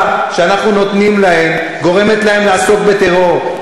שאנחנו נותנים להם גורמת להם לעסוק בטרור,